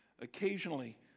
occasionally